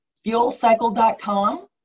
Fuelcycle.com